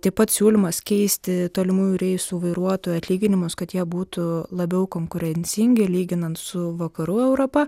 taip pat siūlymas keisti tolimųjų reisų vairuotojų atlyginimus kad jie būtų labiau konkurencingi lyginant su vakarų europa